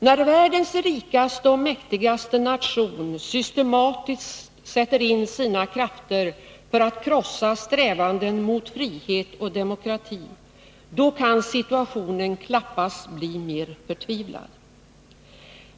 När världens rikaste och mäktigaste nation systematiskt sätter in sina krafter för att krossa strävanden mot frihet och demokrati, då kan situationen knappast bli mer förtvivlad.